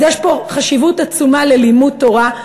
אז יש פה חשיבות עצומה ללימוד תורה,